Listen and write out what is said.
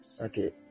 Okay